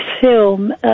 film